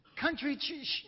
Country